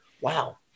Wow